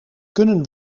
kunnen